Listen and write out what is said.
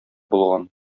булган